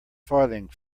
farthing